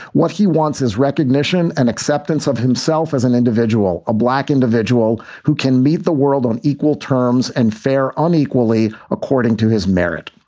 what he wants is recognition and acceptance of himself as an individual, a black individual who can meet the world on equal terms and fair unequally according to his merit.